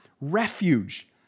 refuge